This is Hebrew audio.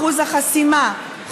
אחוז החסימה,